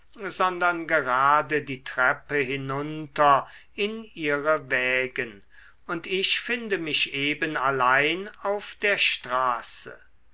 sondern gerade die treppe hinunter in ihre wägen und ich finde mich eben allein auf der straße